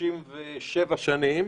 37 שנים.